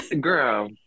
Girl